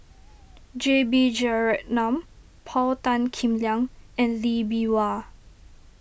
J B Jeyaretnam Paul Tan Kim Liang and Lee Bee Wah